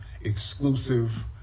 exclusive